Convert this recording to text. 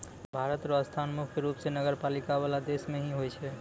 भारत र स्थान मुख्य रूप स नगरपालिका वाला देश मे ही होय छै